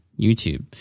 YouTube